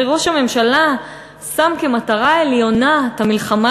הרי ראש הממשלה שם כמטרה עליונה את המלחמה